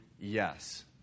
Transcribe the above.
yes